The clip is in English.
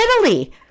Italy